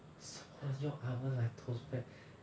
什么用 oven 来 toast bread